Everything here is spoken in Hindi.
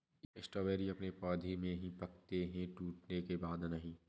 स्ट्रॉबेरी अपने पौधे में ही पकते है टूटने के बाद नहीं